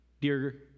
Dear